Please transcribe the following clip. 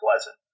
pleasant